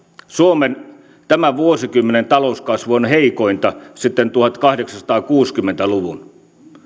suomen tämän vuosikymmenen talouskasvu on heikointa sitten tuhatkahdeksansataakuusikymmentä luvun